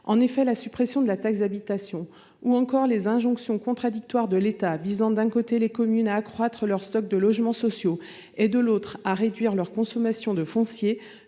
En effet, la suppression de la taxe d'habitation ou encore les injonctions contradictoires de l'État incitant, d'un côté, les communes à accroître leur stock de logements sociaux et, d'un autre côté, à réduire leur consommation de foncier,